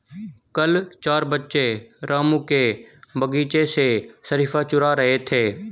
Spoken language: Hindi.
कल चार बच्चे रामू के बगीचे से शरीफा चूरा रहे थे